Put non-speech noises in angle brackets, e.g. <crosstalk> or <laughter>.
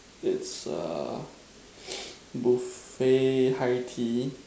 it's err <noise> buffet high Tea